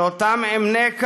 שאותם אמנה כאן,